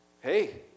hey